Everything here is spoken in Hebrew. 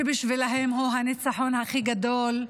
שבשבילם הוא הניצחון הכי גדול,